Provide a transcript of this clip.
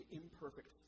imperfect